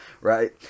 right